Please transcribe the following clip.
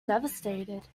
devastated